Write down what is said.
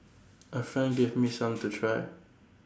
A friend gave me some to try